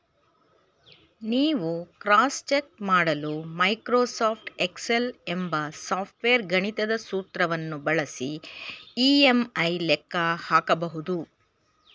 ನೀವು cross check ಮಾಡಲು Microsoft Excel ಎಂಬ ಸಾಫ್ಟ್ವೇರ್ ಗಣಿತದ ಸೂತ್ರವನ್ನು ಬಳಸಿ ಇ.ಎಂ.ಐ ಲೆಕ್ಕ ಹಾಕಬಹುದು